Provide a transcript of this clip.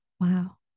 Wow